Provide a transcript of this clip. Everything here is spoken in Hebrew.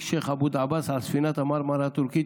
שייח' אבו דעאבס על ספינת המרמרה הטורקית,